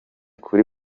kuri